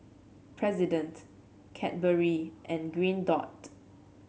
President Cadbury and Green Dot